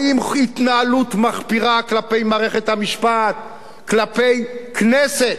האם התנהלות מחפירה כלפי מערכת המשפט, כלפי הכנסת,